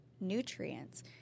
nutrients